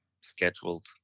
scheduled